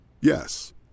Yes